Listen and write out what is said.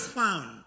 found